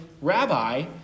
Rabbi